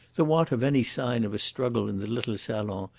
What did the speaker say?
the want of any sign of a struggle in the little salon,